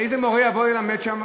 איזה מורה יבוא ללמד שם?